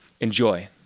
Enjoy